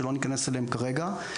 שלא ניכנס אליהם כרגע.